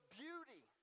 beauty